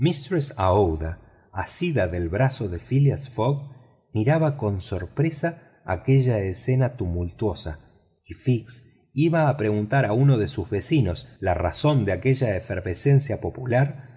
aouida asida del brazo de phileas fogg miraba con sorpresa aquella escena tumultuosa y fix iba a preguntar a uno de sus vecinos la razón de aquella efervescencia popular